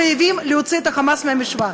חייבים להוציא את "חמאס" מהמשוואה.